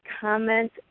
comment